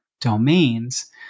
domains